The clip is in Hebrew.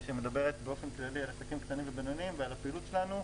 שמדברת באופן כללי על עסקים קטנים ובינוניים ועל הפעילות שלנו,